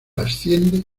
asciende